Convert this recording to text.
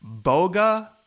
Boga